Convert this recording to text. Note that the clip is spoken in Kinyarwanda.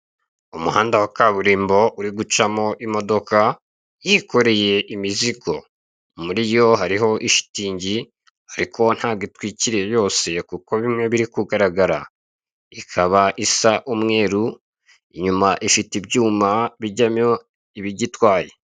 Umuhanda wa kaburimbo uri gucamo imodoka yikoreye imizigo muri yo hariho ishitingi ariko ntago itwikiriye yose kuko bimwe biri kugaragara ikaba isa umweru inyuma ifite ibyuma bijyamo ibijyitwaye.